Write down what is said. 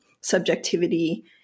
subjectivity